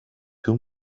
too